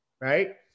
Right